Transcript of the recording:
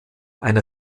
eine